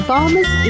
Farmers